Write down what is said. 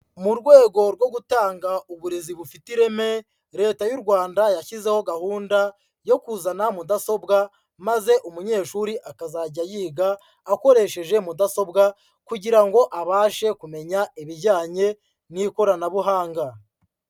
Mu rwego rwo gutanga uburezi bufite ireme, Leta y'u Rwanda yashyizeho gahunda yo kuzana mudasobwa maze umunyeshuri akazajya yiga akoresheje mudasobwa kugira ngo abashe kumenya ibijyanye n'ikoranabuhanga.